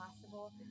possible